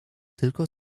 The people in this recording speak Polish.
tylko